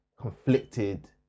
conflicted